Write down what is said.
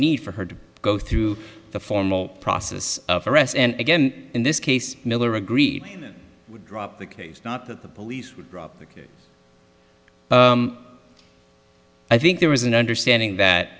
need for her to go through the formal process of arrest and again in this case miller agreed to drop the case not that the police would drop the case i think there was an understanding that